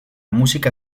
música